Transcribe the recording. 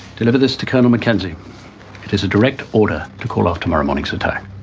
deliver this to colonel mackenzie it is a direct order to call off tomorrow morning's attack.